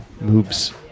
moves